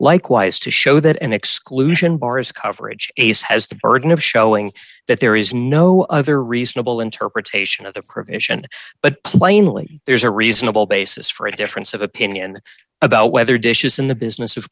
likewise to show that an exclusion bar is coverage ace has the burden of showing that there is no other reasonable interpretation of the provision but plainly there's a reasonable basis for a difference of opinion about whether dishes in the business